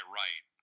right